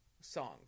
songs